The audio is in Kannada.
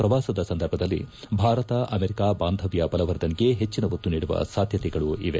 ಪ್ರವಾಸದ ಸಂದರ್ಭದಲ್ಲಿ ಭಾರತ ಅಮೆರಿಕ ಬಾಂಧವ್ಯ ಬಲವರ್ಧನೆಗೆ ಹೆಚ್ಚಿನ ಒತ್ತು ನೀಡುವ ಸಾಧ್ಯತೆಗಳವೆ